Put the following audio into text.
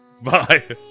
bye